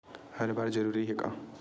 हर बार जरूरी हे का?